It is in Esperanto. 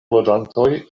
loĝantoj